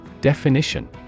Definition